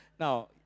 Now